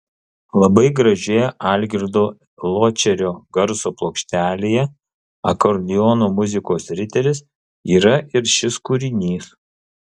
labai gražioje algirdo ločerio garso plokštelėje akordeono muzikos riteris yra ir šis kūrinys